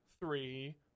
three